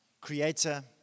creator